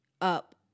up